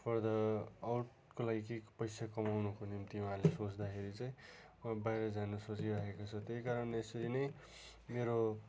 further आउटको लागि केहीको पैसा कमाउनुको निम्ति उहाँले सोच्दाखेरि चाहिँ उहाँ बाहिर जानु सोचिरहेको छ त्यही कारणले यसरी नै मेरो